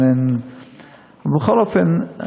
בכל אופן,